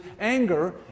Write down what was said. anger